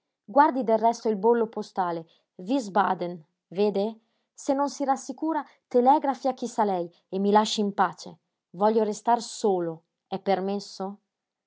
guardi del resto il bollo postale wiesbaden vede se non si rassicura telegrafi a chi sa lei e mi lasci in pace voglio restar solo è permesso